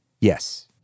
Yes